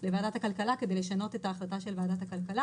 לוועדת הכלכלה כדי לשנות את ההחלטה של ועדת הכלכלה.